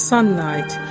Sunlight